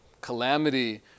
calamity